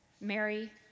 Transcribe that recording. Mary